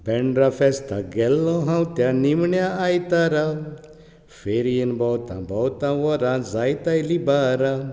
बँड्रा फेस्ताक गेल्लो हांव त्या निमण्या आयतारा फेरयेन भोंवता भोंवता वोरां जायत आयलीं बारा